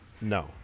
No